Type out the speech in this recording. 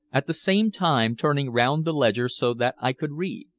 at the same time turning round the ledger so that i could read.